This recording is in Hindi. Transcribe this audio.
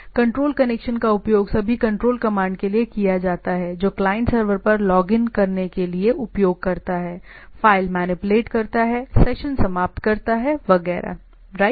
कंट्रोल करेक्शन का उपयोग सभी कंट्रोल कमांड के लिए किया जाता है जो क्लाइंट सर्वर पर लॉग इन करने के लिए उपयोग करता है फ़ाइल मैनिपुलेट करता है सेशन समाप्त करता है वगैरह राइट